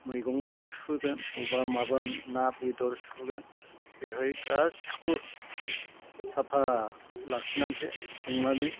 मैगं सुगोन अबेबा माबा ना बेदर सुगोन बेहाय गासिखौबो साफा लाखिनानैसो संनानै